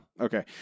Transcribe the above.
okay